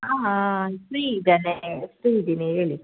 ಹಾಂ ಫ್ರೀ ಇದ್ದೇನೆ ಫ್ರೀ ಇದ್ದೀನಿ ಹೇಳಿ